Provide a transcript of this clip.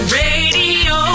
radio